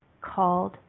called